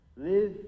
Live